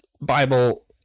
Bible